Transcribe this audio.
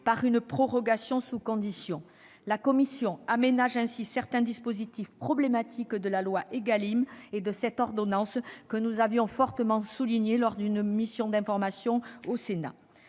par une prorogation sous conditions. La commission aménage ainsi certains dispositifs problématiques de la loi Égalim et de cette ordonnance, que nous avions fortement mis en exergue dans le cadre d'une mission d'information